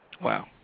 Wow